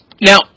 Now